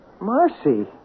Marcy